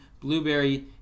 Blueberry